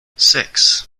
six